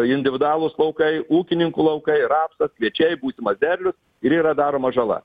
individualūs laukai ūkininkų laukai rapsas kviečiai būsimas derlius ir yra daroma žala